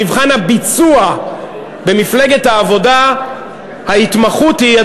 במפלגת העבודה ההתמחות היא,